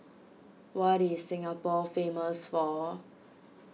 what is Singapore famous for